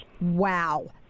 Wow